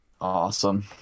Awesome